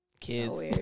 kids